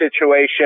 situation